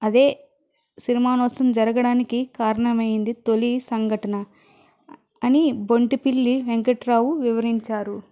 అదే సినిమానోత్సవం జరగడానికి కారణమైంది తొలి సంఘటన అని బొంటిపిల్లి వెంకట్రావు వివరించారు